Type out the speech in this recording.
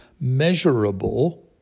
measurable